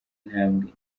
ntambwe